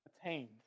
attained